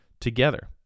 together